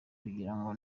kugirango